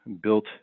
built